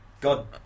god